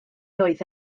oedd